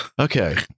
Okay